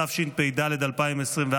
התשפ"ד 2024,